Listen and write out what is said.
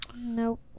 nope